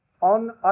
on